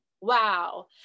wow